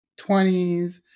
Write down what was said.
20s